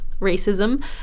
racism